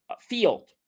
field